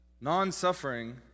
non-suffering